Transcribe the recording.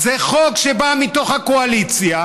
זה חוק שבא מתוך הקואליציה,